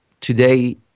today